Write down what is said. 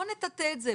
בוא נטאטא את זה,